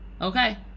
Okay